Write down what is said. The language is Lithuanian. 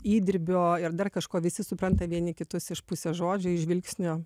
įdirbio ir dar kažko visi supranta vieni kitus iš pusės žodžio ji žvilgsnio